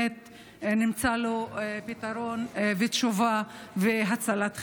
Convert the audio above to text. נמצא לו פתרון ותשובה והצלת חיים.